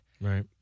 Right